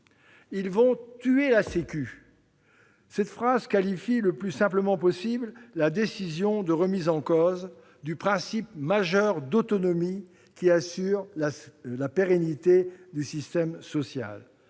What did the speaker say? Ils vont tuer la Sécu »: cette phrase qualifie le plus simplement possible la décision de remise en cause du principe majeur d'autonomie, qui assure la pérennité du système social.